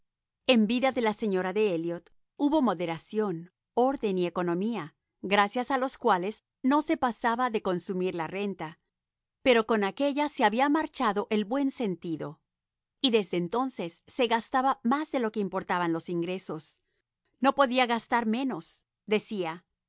en vida de la señora de elliot hubo moderación orden y economía gracias a los cuales no se pasaba de consumir la renta pero con aquélla se había marchado el buen sentido y desde entonces se gastaba más de lo que importaban loi ingresos no podía gastar menosdecía